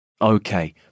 Okay